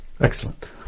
Excellent